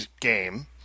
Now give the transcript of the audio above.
game